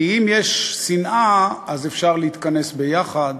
כי אם יש שנאה אז אפשר להתכנס ביחד,